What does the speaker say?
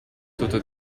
tutto